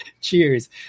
Cheers